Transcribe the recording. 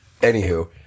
Anywho